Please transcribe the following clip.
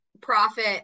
profit